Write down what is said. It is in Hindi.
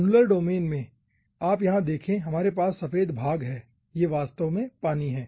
अनुलर डोमेन में आप यहां देखें हमारे पास सफेद भाग हैं ये वास्तव में पानी हैं